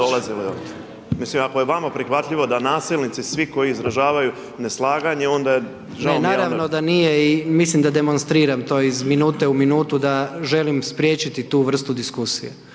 Mislim ako je vama prihvatljivo, da nasilnici svi koji izražavaju neslaganje, onda …nerazumljivo…./… Ne naravno da nije i mislim da demonstriram to iz minute u minutu, da želim spriječiti tu vrstu diskusije.